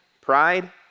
pride